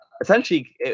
essentially